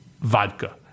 vodka